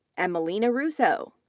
emmilena russo.